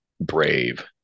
brave